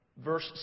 Verse